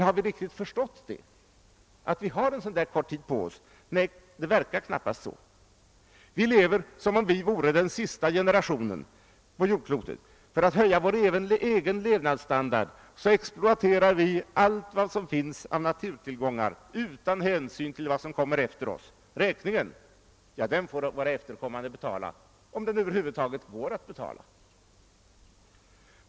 Har vi riktigt förstått detta? Nej, det verkar knappast så. Vi lever som om vi vore den sista generationen på jordklotet. För att höja vår egen levnadsstandard exploaterar vi allt vad som finns av naturtillgångar utan hänsyn till hur det kommer att se ut efter oss. Räkningen får våra efterkommande betala — om den över huvud taget kan betalas.